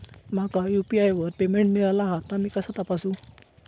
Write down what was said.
माका यू.पी.आय वर पेमेंट मिळाला हा ता मी कसा तपासू?